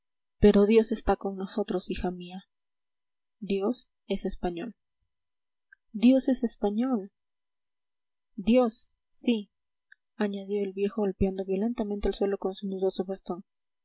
pero dios está con nosotros hija mía dios es español dios es español dios sí añadió el viejo golpeando violentamente el suelo con su nudoso bastón